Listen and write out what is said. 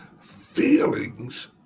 Feelings